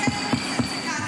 ערכי, זה כהניזם?